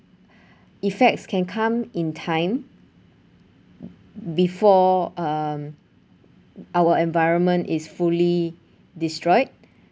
effects can come in time before um our environment is fully destroyed